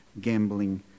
gambling